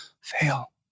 fail